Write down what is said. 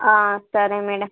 సరే మ్యాడమ్